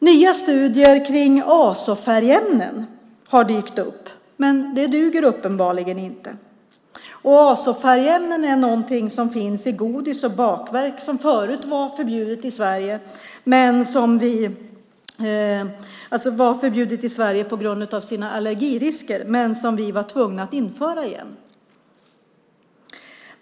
Nya studier kring azofärgämnen har dykt upp, men det duger uppenbarligen inte. Azofärgämnen är någonting som finns i godis och bakverk som förut var förbjudna i Sverige på grund av allergirisker men som vi var tvungna att införa igen.